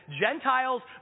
Gentiles